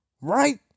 Right